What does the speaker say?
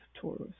Taurus